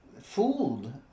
fooled